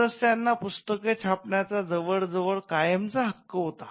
सदस्यांना पुस्तके छापण्याचा जवळजवळ कायमचा हक्क होता